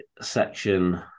section